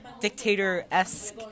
dictator-esque